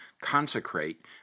consecrate